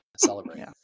celebrate